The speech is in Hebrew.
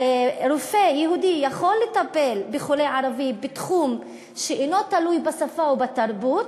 רופא יהודי יכול לטפל בחולה ערבי בתחום שאינו תלוי בשפה ובתרבות,